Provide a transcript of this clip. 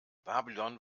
babylon